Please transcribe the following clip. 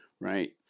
right